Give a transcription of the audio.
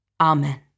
Amen